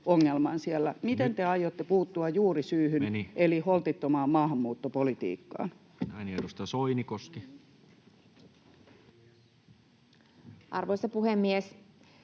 Miten te aiotte puuttua juurisyyhyn eli holtittomaan maahanmuuttopolitiikkaan? [Speech 137] Speaker: Toinen varapuhemies